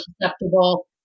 susceptible